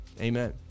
Amen